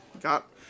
got